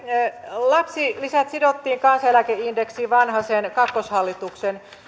lapsilisät sidottiin kansaneläkeindeksiin vanhasen kakkoshallituksen